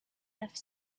have